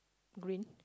green